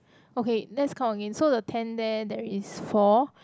okay let's count again so the tent there there is four